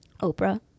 Oprah